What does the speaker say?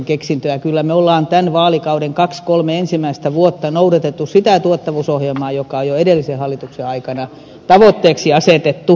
kyllä me olemme tämän vaalikauden kaksi kolme ensimmäistä vuotta noudattaneet sitä tuottavuusohjelmaa joka jo edellisen hallituksen aikana tavoitteeksi asetettiin